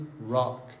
rock